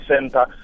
center